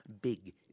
big